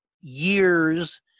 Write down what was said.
years